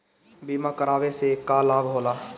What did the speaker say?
बीमा करावे से का लाभ होला?